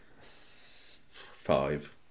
Five